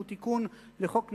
שהוא תיקון לחוק נהרי,